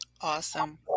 Awesome